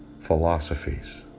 philosophies